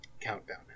countdown